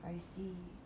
I see